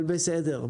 בסדר.